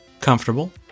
comfortable